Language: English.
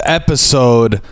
episode